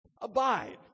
Abide